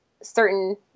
certain